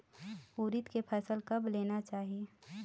उरीद के फसल कब लेना चाही?